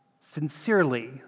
sincerely